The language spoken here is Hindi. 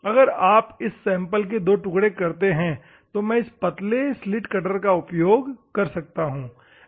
अगर आप इस सैंपल के दो टुकड़े करने है तो मैं इस पतले स्लिट कटर का उपयोग कर सकते हैं